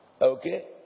Okay